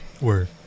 Word